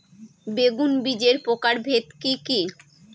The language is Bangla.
বেগুন বীজের প্রকারভেদ কি কী?